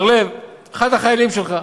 בר-לב, אחד החיילים שלך,